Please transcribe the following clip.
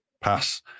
pass